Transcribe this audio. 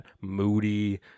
moody